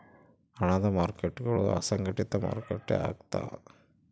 ಹಣದ ಮಾರ್ಕೇಟ್ಗುಳು ಅಸಂಘಟಿತ ಮಾರುಕಟ್ಟೆ ಆಗ್ತವ